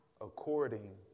according